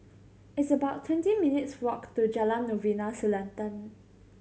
it's about twenty minutes' walk to Jalan Novena Selatan